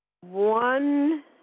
one